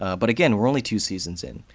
but again, we're only two seasons in.